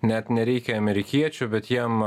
net nereikia amerikiečių bet jiem